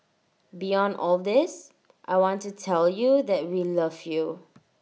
beyond all this I want to tell you that we love you